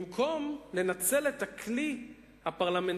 במקום לנצל את הכלי הפרלמנטרי